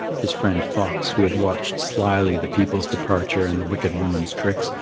his friend fox, who had watched slyly the people's departure and the wicked woman's tricks,